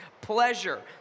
pleasure